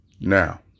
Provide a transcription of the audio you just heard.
Now